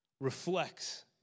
reflects